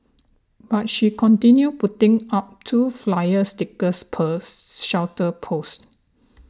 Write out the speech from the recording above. but she continued putting up two flyer stickers per shelter post